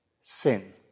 sin